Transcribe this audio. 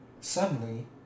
Suddenly